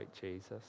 Jesus